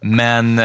men